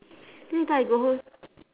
then later I go home